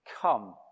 come